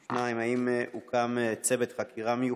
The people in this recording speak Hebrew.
2. אם כן, מה הפתרון?